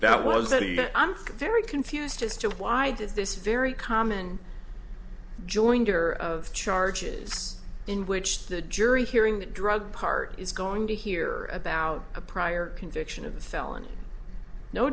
that was that i'm very confused as to why did this very common joinder of charges in which the jury hearing that drug part is going to hear about a prior conviction of a felony no